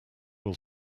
will